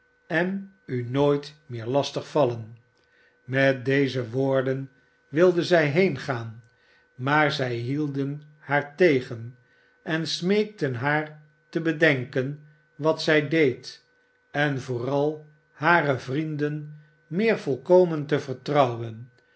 en u nooit meer lastig vallen met deze woorden wilde zij heengaan maar zij hidden haar tegen en smeekten haar te bedenken wat zij deed en vooral hare vrienden meer volkomen te vertrouwen